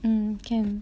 mm can